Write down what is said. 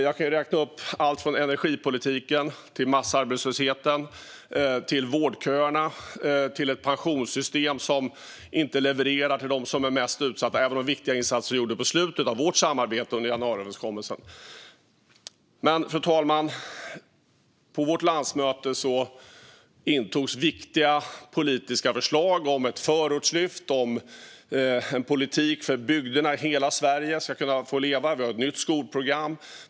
Jag kan räkna upp alltifrån energipolitiken till massarbetslösheten, vårdköerna och ett pensionssystem som inte levererar till de mest utsatta, även om viktiga insatser gjordes i slutet av vårt samarbete inom januariöverenskommelsen. Fru talman! På vårt landsmöte antogs viktiga politiska förslag om ett förortslyft och om en politik för att bygderna i hela Sverige ska kunna leva. Vi har ett nytt skolprogram.